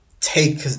take